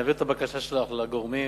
אני אעביר את הבקשה שלך לגורמים,